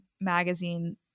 magazine